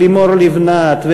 לימור לבנת,